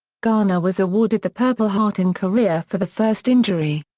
garner was awarded the purple heart in korea for the first injury.